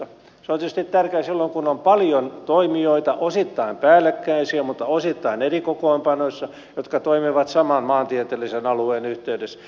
se on tietysti tärkeää silloin kun on paljon toimijoita osittain päällekkäisiä mutta osittain eri kokoonpanoissa jotka toimivat saman maantieteellisen alueen yhteydessä